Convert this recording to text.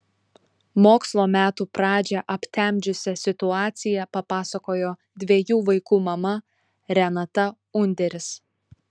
mokslo metų pradžią aptemdžiusią situaciją papasakojo dviejų vaikų mama renata underis